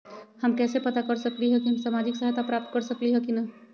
हम कैसे पता कर सकली ह की हम सामाजिक सहायता प्राप्त कर सकली ह की न?